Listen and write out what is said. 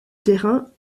terrain